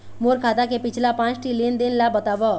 मोर खाता के पिछला पांच ठी लेन देन ला बताव?